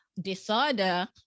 disorder